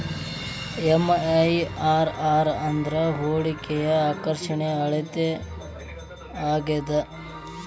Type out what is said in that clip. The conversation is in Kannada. ಎಂ.ಐ.ಆರ್.ಆರ್ ಅಂದ್ರ ಹೂಡಿಕೆಯ ಆಕರ್ಷಣೆಯ ಆರ್ಥಿಕ ಅಳತೆ ಆಗ್ಯಾದ